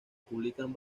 publican